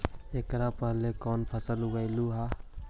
एकड़ पहले कौन फसल उगएलू हा?